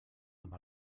amb